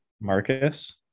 Marcus